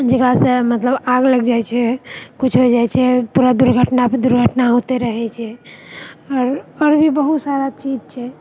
जकरासँ मतलब आगि लागि जाइ छै किछु हो जाइ छै पूरा दुर्घटनापर दुर्घटना होते रहै छै आओर भी बहुत सारा चीज छै